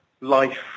life